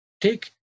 Take